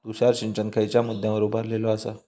तुषार सिंचन खयच्या मुद्द्यांवर उभारलेलो आसा?